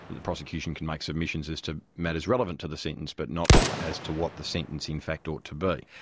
the prosecution can make submissions as to matters relevant to the sentence but not as to what the sentence in fact ought to be.